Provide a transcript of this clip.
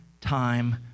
time